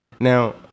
Now